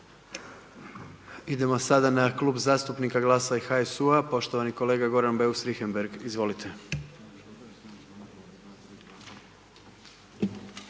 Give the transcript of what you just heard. Idemo sada na Klub zastupnika GLAS-a i HSU-a, poštovani kolega Goran Beus Richembergh, izvolite.